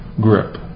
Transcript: grip